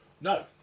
no